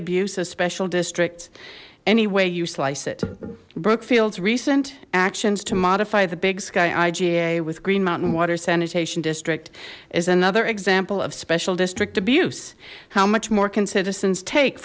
a special districts any way you slice it brooke fields recent actions to modify the big sky iga with green mountain water sanitation district is another example of special district abuse how much more can citizens take